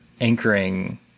anchoring